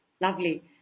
Lovely